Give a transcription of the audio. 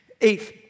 Eighth